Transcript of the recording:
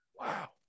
Wow